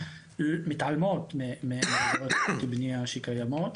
מתעלמות מתקנות תכנון ובנייה שקיימות.